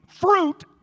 fruit